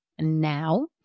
now